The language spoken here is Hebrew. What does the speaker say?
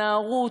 הנערות,